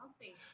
healthy